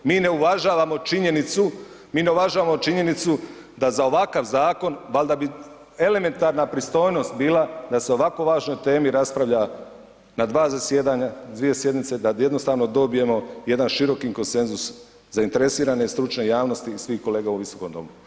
Mi ne uvažavamo činjenicu, mi ne uvažavamo činjenicu da za ovakav zakona valjda bi elementarna pristojnost bila da se o ovako važnoj temi raspravlja na dva zasjedanja, na dvije sjednice, da jednostavno dobijemo jedan široki konsenzus zainteresirane stručne javnosti i svih kolega u ovom Visokom domu.